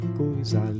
coisa